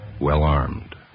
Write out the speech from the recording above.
well-armed